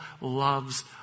loves